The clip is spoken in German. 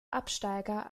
absteiger